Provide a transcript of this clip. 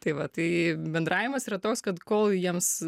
tai va tai bendravimas yra toks kad kol jiems